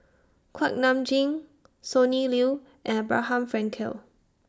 Kuak Nam Jin Sonny Liew and Abraham Frankel